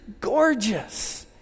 gorgeous